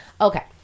Okay